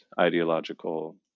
ideological